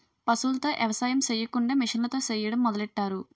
పశువులతో ఎవసాయం సెయ్యకుండా మిసన్లతో సెయ్యడం మొదలెట్టారు